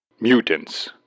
Mutants